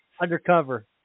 undercover